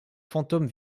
fantôme